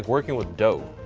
working with dough,